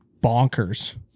bonkers